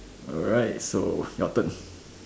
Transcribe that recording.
alright so your turn